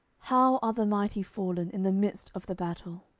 how are the mighty fallen in the midst of the battle!